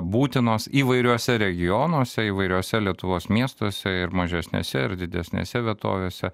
būtinos įvairiuose regionuose įvairiuose lietuvos miestuose ir mažesnėse ir didesnėse vietovėse